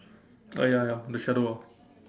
uh ya ya the shadow ah